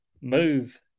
move